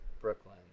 Brooklyn